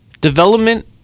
Development